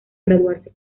graduarse